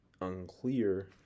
unclear